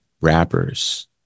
rappers